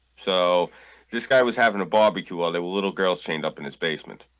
so this guy was having a barbecue all there were little girls chained up in his basement